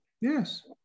Yes